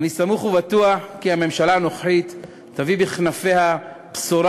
אני סמוך ובטוח כי הממשלה הנוכחית תביא בכנפיה בשורה